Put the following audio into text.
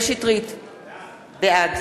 בעד